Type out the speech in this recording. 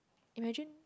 imagine